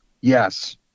Yes